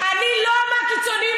אני לא מהקיצוניים,